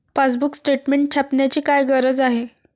Passbook statement छापण्याची काय गरज आहे?